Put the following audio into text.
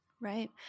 Right